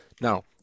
Now